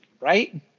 right